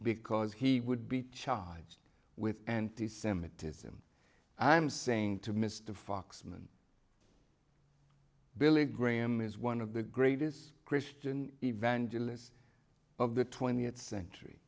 because he would be charged with anti semitism i'm saying to mr foxman billy graham is one of the greatest christian evangelists of the twentieth century